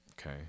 Okay